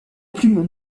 plumes